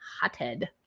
hothead